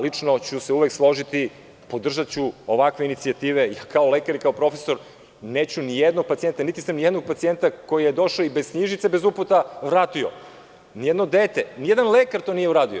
Lično ćuse uvek složiti, podržaću ovakve inicijative i kao lekar i kao profesor, neću ni jednog pacijenta, niti sam i jednog pacijenta koji je došao bez knjižice i bez uputa vratio, nijedan lekar to nije uradio.